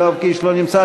יואב קיש לא נמצא,